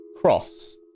Cross